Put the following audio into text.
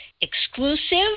exclusive